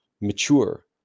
mature